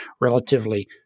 relatively